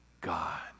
God